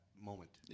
moment